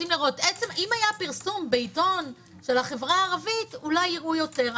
אם היה פרסום בעיתון של החברה הערבית אולי יראו יותר.